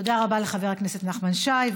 תודה רבה לחבר הכנסת נחמן שי.